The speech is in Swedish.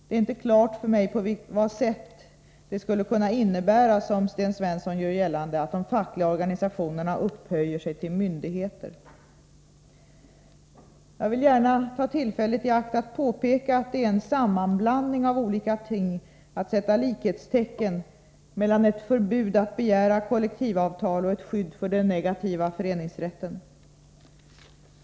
Det är inte klart för mig på vad sätt det skulle kunna innebära, som Sten Svensson gör gällande, att de fackliga organisationerna upphöjer sig till myndigheter. Jag vill gärna ta tillfället i akt att påpeka att det är en sammanblandning av olika ting att sätta likhetstecken mellan ett förbud att begära kollektivavtal och ett skydd för den negativa föreningsrätten.